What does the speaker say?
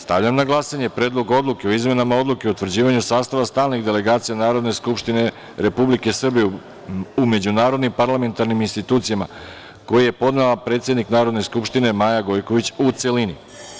Stavljam na glasanje Predlog odluke o izmeni Odluke o utvrđivanju sastava stalnih delegacija Narodne skupštine Republike Srbije u međunarodnim parlamentarnim institucijama, koji je podnela predsednik Narodne skupštine Maja Gojković, u celini.